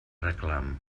reclam